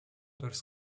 durchs